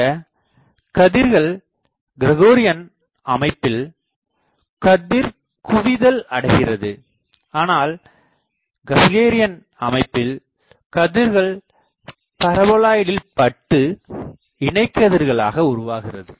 இந்த கதிர்கள் கிரகோரியன் அமைப்பில் கதிர் குவிதல் அடைகிறது ஆனால் கஸக்ரேயன் அமைப்பில் கதிர்கள்பரபோலாய்டில் பட்டு இணை கதிர்களாக உருவாகிறது